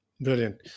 Brilliant